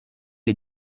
est